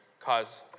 cause